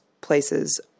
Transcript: places